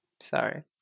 Sorry